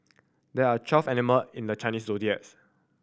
there are twelve animal in the Chinese zodiacs